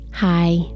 Hi